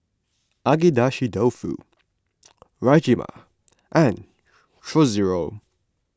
Agedashi Dofu Rajma and Chorizo